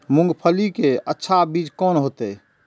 मूंगफली के अच्छा बीज कोन होते?